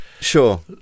Sure